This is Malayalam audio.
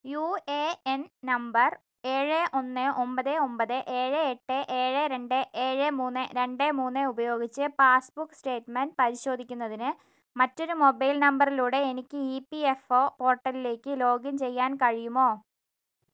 യു എ എൻ നമ്പർ ഏഴ് ഒന്ന് ഒൻപത് ഒൻപത് ഏഴ് എട്ട് ഏഴ് രണ്ട് ഏഴ് മൂന്ന് രണ്ട് മൂന്ന് ഉപയോഗിച്ച് പാസ് ബുക്ക് സ്റ്റേറ്റ്മെന്റ് പരിശോധിക്കുന്നതിന് മറ്റൊരു മൊബൈൽ നമ്പറിലൂടെ എനിക്ക് ഇ പി എഫ് ഒ പോർട്ടലിലേക്ക് ലോഗിൻ ചെയ്യാൻ കഴിയുമോ